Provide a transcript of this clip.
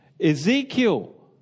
ezekiel